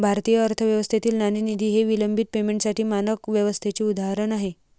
भारतीय अर्थव्यवस्थेतील नाणेनिधी हे विलंबित पेमेंटसाठी मानक व्यवस्थेचे उदाहरण आहे